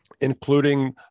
including